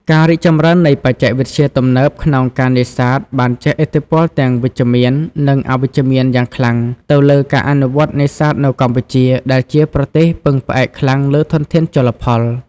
ការរីកចម្រើននៃបច្ចេកវិទ្យាទំនើបក្នុងការនេសាទបានជះឥទ្ធិពលទាំងវិជ្ជមាន និងអវិជ្ជមានយ៉ាងខ្លាំងទៅលើការអនុវត្តន៍នេសាទនៅកម្ពុជា ដែលជាប្រទេសពឹងផ្អែកខ្លាំងលើធនធានជលផល។